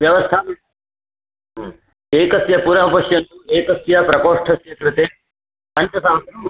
व्यवस्था एकस्य पुनः पश्यन्तु एकस्य प्रकोष्ठस्य कृते पञ्चसहस्रं